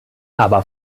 aber